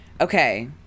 Okay